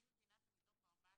אני חושבת שזאת בקשה